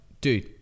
dude